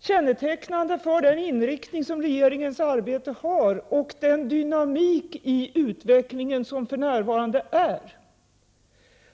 kännetecknande för den inriktning som regeringens arbete har och den dynamik i utvecklingen som för närvarande finns.